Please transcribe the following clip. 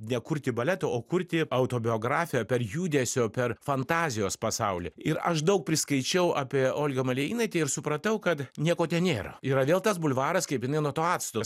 nekurti baleto o kurti autobiografiją per judesio per fantazijos pasaulį ir aš daug prisiskaičiau apie olgą malėjinaitę ir supratau kad nieko ten nėra yra vėl tas bulvaras kaip jinai nuo to acto